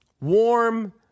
warm